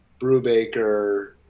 Brubaker